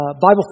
Bible